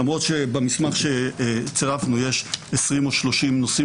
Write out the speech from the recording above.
למרות שבמסמך שצירפנו יש 20 או 30 נושאים